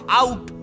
out